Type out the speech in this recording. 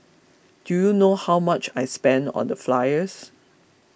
do you know how much I spent on the flyers